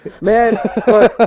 man